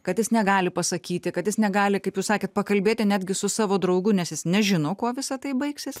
kad jis negali pasakyti kad jis negali kaip jūs sakėt pakalbėti netgi su savo draugu nes jis nežino kuo visa tai baigsis